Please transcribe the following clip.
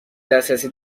دسترسی